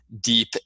deep